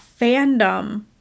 fandom